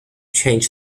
change